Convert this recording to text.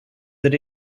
that